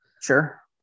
Sure